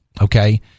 okay